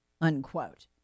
unquote